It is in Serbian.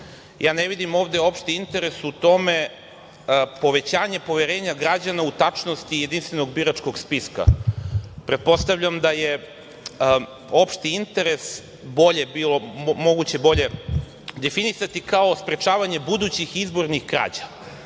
Ja ne vidim ovde opšti interes u tome. Povećanje poverenja građana u tačnost jedinstvenog biračkog spiska. Pretpostavljam da je opšti interes bilo moguće bolje definisati, kao sprečavanje budućih izbornih krađa.